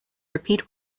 repeat